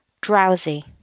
drowsy